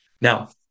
Now